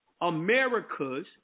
America's